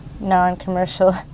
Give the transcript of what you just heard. non-commercial